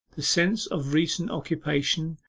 the sense of recent occupation,